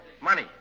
Money